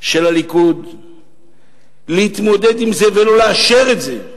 של הליכוד להתמודד עם זה ולא לאשר את זה.